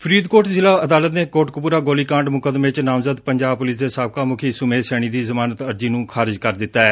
ਫਰੀਦਕੋਟ ਜ਼ਿਲਾ ਅਦਾਲਤ ਨੇ ਕੋਟਕਪੁਰਾ ਗੋਲੀ ਕਾਂਡ ਮੁਕੱਦਮੇ ਚ ਨਾਮਜ਼ਦ ਪੰਜਾਬ ਪੁਲਿਸ ਦੇ ਸਾਬਕਾ ਮੁੱਖੀ ਸੁਮੇਧ ਸੈਣੀ ਦੀ ਜ਼ਮਾਨਤ ਅਰਜ਼ੀ ਨੰ ਖਾਰਜ ਕਰ ਦਿੱਤਾ ਐ